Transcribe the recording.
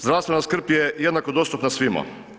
Zdravstvena skrb je jednako dostupna svima.